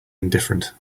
indifferent